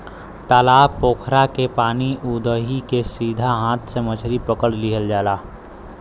तालाब पोखरा के पानी उदही के सीधा हाथ से मछरी पकड़ लिहल जाला